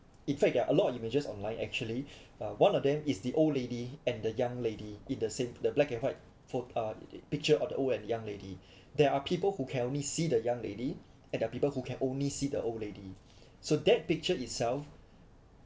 in fact there are a lot of images online actually uh one of them is the old lady and the young lady in the same the black and white photo or a picture of the old and young lady there are people who can only see the young lady and there are people who can only see the old lady so that picture itself